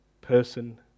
person